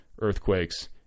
earthquakes